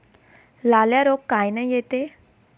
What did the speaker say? लाल्या रोग कायनं येते?